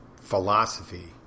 philosophy